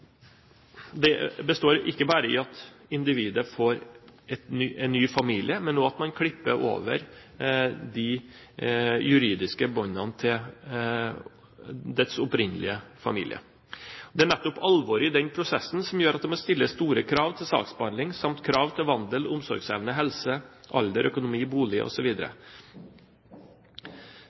Det består ikke bare i at individet får en ny familie, men også at man klipper over de juridiske båndene til dets opprinnelige familie. Det er nettopp alvoret i den prosessen som gjør at det må stilles store krav til saksbehandling samt krav til vandel, omsorgsevne, helse, alder, økonomi, bolig